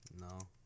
No